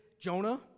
Jonah